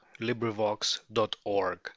LibriVox.org